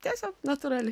tiesiog natūraliai